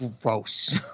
gross